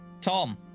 Tom